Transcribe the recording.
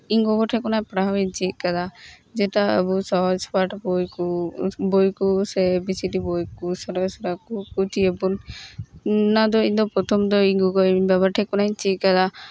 ᱤᱧ ᱜᱚᱜᱚ ᱴᱷᱮᱱ ᱠᱷᱚᱱᱟᱜ ᱯᱟᱲᱦᱟᱣ ᱤᱧ ᱪᱮᱫ ᱠᱟᱫᱟ ᱡᱮᱴᱟ ᱟᱵᱚ ᱥᱚᱦᱚᱡᱽ ᱯᱟᱴᱷ ᱵᱳᱭ ᱠᱚ ᱥᱮ ᱮᱹ ᱵᱤ ᱥᱤ ᱰᱤ ᱵᱳᱭ ᱠᱚ ᱚᱱᱟᱫᱚ ᱯᱨᱚᱛᱷᱚᱢ ᱫᱚ ᱤᱧᱫᱚ ᱤᱧ ᱜᱚᱜᱚ ᱤᱧ ᱵᱟᱵᱟ ᱴᱷᱮᱡ ᱠᱷᱚᱱᱟᱜ ᱤᱧ ᱪᱮᱫ ᱠᱟᱫᱟ